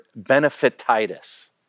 benefititis